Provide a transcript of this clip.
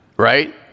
right